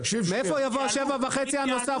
מאיפה יבוא ה-7.5 הנוסף?